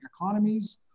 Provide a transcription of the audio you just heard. economies